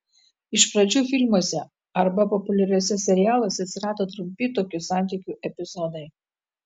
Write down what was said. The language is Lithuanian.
iš pradžių filmuose arba populiariuose serialuose atsirado trumpi tokių santykių epizodai